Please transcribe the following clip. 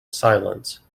silence